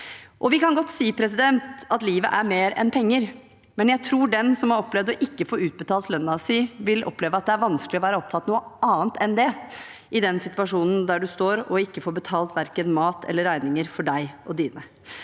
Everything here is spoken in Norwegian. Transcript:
Vi kan godt si at livet er mer enn penger, men jeg tror at den som har opplevd ikke å få utbetalt lønnen sin, vil oppleve at det er vanskelig å være opptatt av noe annet enn det i den situasjonen der en står og ikke får betalt verken mat eller regninger for seg og sine.